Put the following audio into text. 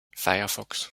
firefox